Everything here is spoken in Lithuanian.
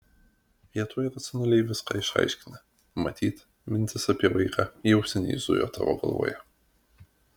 jie tuoj racionaliai viską išaiškina matyt mintis apie vaiką jau seniai zujo tavo galvoje